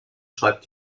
schreibt